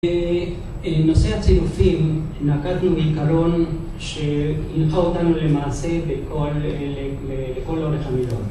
בנושא הצילופים נעקדנו בעיקרון שהנחה אותנו למעשה לכל אורך המידע